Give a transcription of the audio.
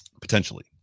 Potentially